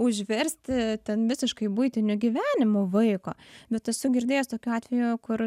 užversti ten visiškai buitiniu gyvenimu vaiko bet esu girdėjus tokių atvejų kur